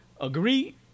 agree